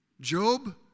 Job